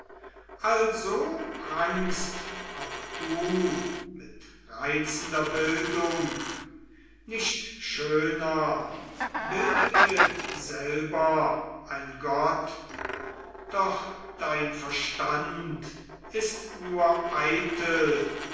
also prangst auch du mit reizender bildung nicht schöner bildete selber ein gott doch dein verstand ist nur eitel